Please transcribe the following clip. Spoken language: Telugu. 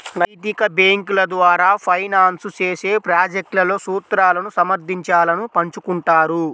నైతిక బ్యేంకుల ద్వారా ఫైనాన్స్ చేసే ప్రాజెక్ట్లలో సూత్రాలను సమర్థించాలను పంచుకుంటారు